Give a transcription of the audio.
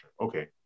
Okay